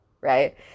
right